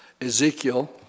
Ezekiel